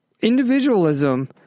Individualism